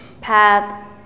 path